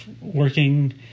working